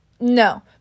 No